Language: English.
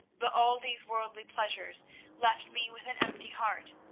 but all these worldly pleasures left me with an empty heart.